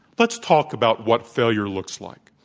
let's talk about what failure looks like.